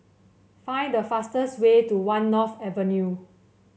find the fastest way to One North Avenue